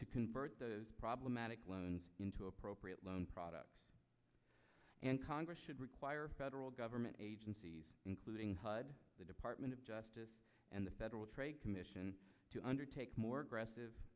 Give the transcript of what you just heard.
to convert problematic into appropriate loan products and congress should require federal government including hud the department of justice and the federal trade commission to undertake more aggressive